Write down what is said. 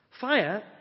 Fire